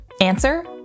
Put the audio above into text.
Answer